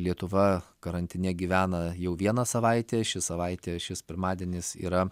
lietuva karantine gyvena jau vieną savaitę ši savaitė šis pirmadienis yra